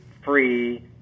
free